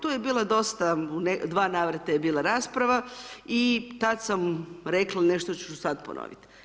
Tu je bilo dosta, u dva navrata je bila rasprava i tad sam rekli nešto ću sada ponoviti.